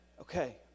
okay